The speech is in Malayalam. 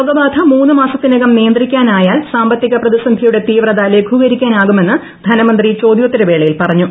രോഗബാധ മൂന്നു മാസത്തിനകം നിയന്ത്രിക്കാനായാൽ സാമ്പത്തിക പ്രതിസന്ധിയുടെ തീവ്രത ലഘൂകരിക്കാനാകുമെന്ന് ധനമന്ത്രി ചോദ്യോത്തരവേളയിൽ പറഞ്ഞു